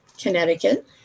Connecticut